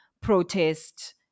protest